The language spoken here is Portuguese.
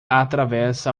atravessa